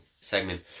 segment